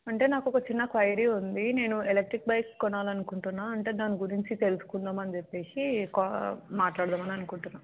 అంటే నాకు ఒక చిన్న క్వయిరీ ఉంది నేను ఎలక్ట్రిక్ బైక్స్ కొనాలనుకుంటున్నా అంటే దాని గురించి తెలుసుకుందాం అని చెప్పి కాల్ మాట్లాడదాం అనుకుంటున్నాను